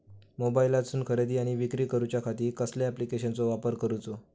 मोबाईलातसून खरेदी आणि विक्री करूच्या खाती कसल्या ॲप्लिकेशनाचो वापर करूचो?